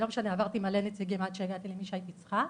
עברתי הרבה נציגים עד שהגעתי למי אני צריכה,